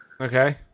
Okay